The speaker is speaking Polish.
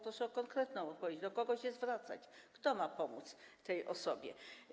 Proszę o konkretną odpowiedź, do kogo się zwracać, kto ma pomóc tej osobie.